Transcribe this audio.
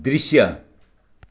दृश्य